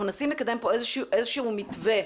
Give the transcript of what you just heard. אנחנו מנסים לקדם פה איזה שהוא מתווה,